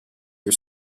are